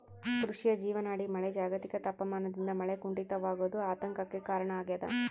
ಕೃಷಿಯ ಜೀವನಾಡಿ ಮಳೆ ಜಾಗತಿಕ ತಾಪಮಾನದಿಂದ ಮಳೆ ಕುಂಠಿತವಾಗೋದು ಆತಂಕಕ್ಕೆ ಕಾರಣ ಆಗ್ಯದ